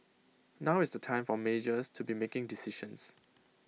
now is the time for majors to be making decisions